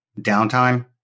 downtime